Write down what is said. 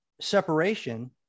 separation